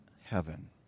heaven